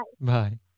Bye